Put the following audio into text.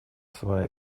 свои